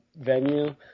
venue